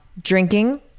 drinking